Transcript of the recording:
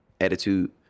attitude